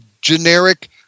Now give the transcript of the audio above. generic